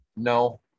No